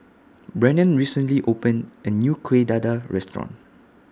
Brennan recently opened A New Kueh Dadar Restaurant